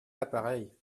l’appareil